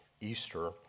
Easter